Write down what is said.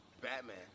Batman